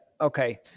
okay